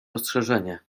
ostrzeżenie